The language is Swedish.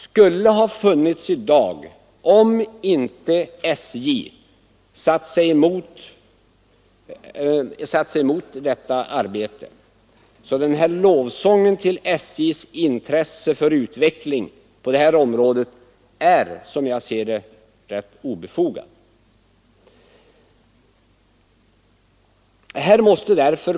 — skulle ha funnits i dag, om inte SJ satt sig emot detta arbete. Lovsången till SJ:s intresse för utvecklingen på detta område är, som jag ser det, obefogad.